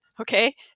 okay